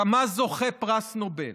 כמה זוכי פרס נובל,